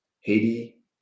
Haiti